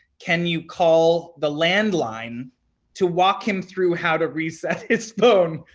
can you call the land line to walk him through how to reset his phone?